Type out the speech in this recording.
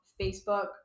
Facebook